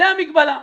זו המגבלה.